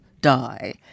die